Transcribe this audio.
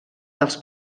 dels